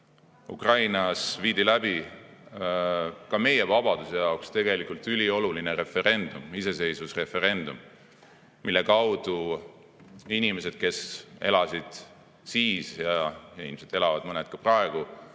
Ukrainas viidi läbi ka meie vabaduse jaoks ülioluline referendum, iseseisvusreferendum, mille kaudu inimesed, kes elasid siis ja ilmselt elavad mõned ka praegu,